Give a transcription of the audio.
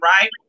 right